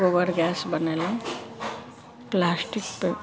गोबर गैस बनेलहुँ प्लास्टिक पे